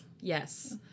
Yes